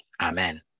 Amen